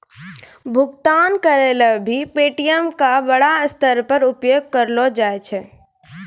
भुगतान करय ल भी पे.टी.एम का बड़ा स्तर पर उपयोग करलो जाय छै